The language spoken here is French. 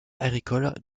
agricoles